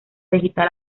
digital